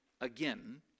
again